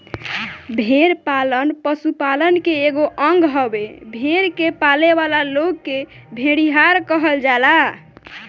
भेड़ पालन पशुपालन के एगो अंग हवे, भेड़ के पालेवाला लोग के भेड़िहार कहल जाला